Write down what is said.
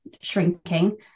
shrinking